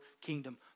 kingdom